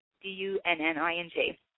D-U-N-N-I-N-G